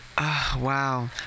wow